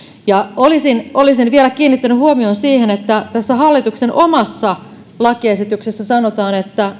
olisin olisin vielä kiinnittänyt huomion siihen että tässä hallituksen omassa lakiesityksessä sanotaan että